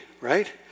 Right